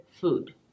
food